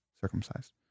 circumcised